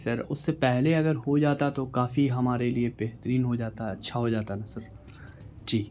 سر اس سے پہلے اگر ہو جاتا تو کافی ہمارے لیے بہترین ہو جاتا ہے اچھا ہو جاتا نا سر جی